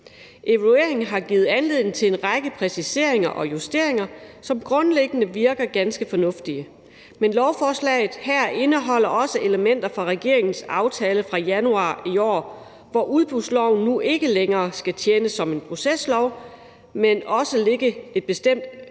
Evalueringen har givet anledning til en række præciseringer og justeringer, som grundliggende virker ganske fornuftige, men lovforslaget her indeholder også elementer fra regeringens aftale fra januar i år, sådan at udbudsloven nu ikke længere alene skal tjene som en proceslov, men der skal også lægges et bestemt